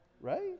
right